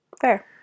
Fair